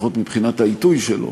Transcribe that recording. לפחות מבחינת העיתוי שלו.